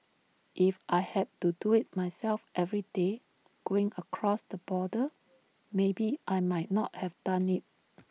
if I had to do IT myself every day going across the border maybe I might not have done IT